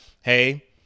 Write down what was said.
hey